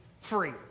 free